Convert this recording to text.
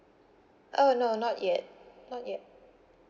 uh no not yet not yet